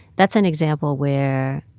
that's an example where